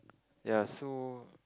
ya so